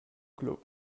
club